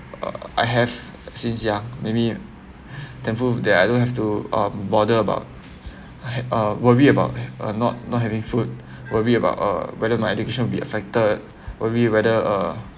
uh I have since young maybe thankful that I don't have to um bother about I had uh worry about uh not not having food worry about uh whether my education will be affected worry whether uh